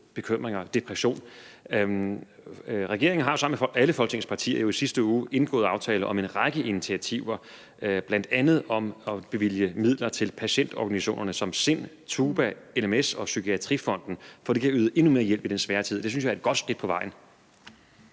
bekymringer eller depression. Regeringen har jo sammen med alle Folketingets partier i sidste uge indgået aftaler om en række initiativer, bl.a. om at bevilge midler til patientorganisationerne som SIND, TUBA, LMS og Psykiatrifonden, for at de kan yde endnu mere hjælp i den svære tid. Det synes jeg er et godt skridt på vejen.